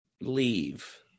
leave